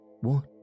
What